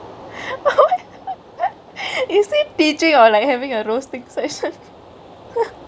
is that teachingk or like havingk a roastingk session